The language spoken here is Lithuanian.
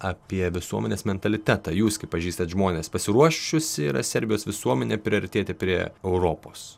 apie visuomenės mentalitetą jūs kai pažįstat žmones pasiruošusi yra serbijos visuomenė priartėti prie europos